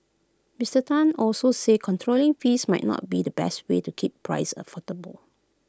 Mister Tan also said controlling fees might not be the best way to keep prices affordable